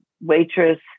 waitress